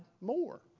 more